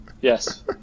Yes